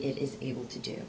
is able to do